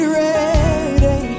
ready